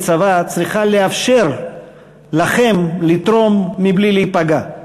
צבא צריכה לאפשר לכם לתרום בלי להיפגע.